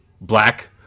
Black